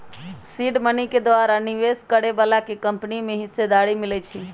seed money के द्वारा निवेश करए बलाके कंपनी में हिस्सेदारी मिलइ छइ